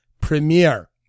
premiere